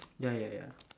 ya ya ya